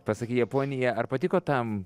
pasakei japonija ar patiko tam